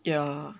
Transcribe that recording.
yeah